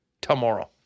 tomorrow